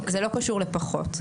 זה לא קשור לפחות.